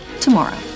tomorrow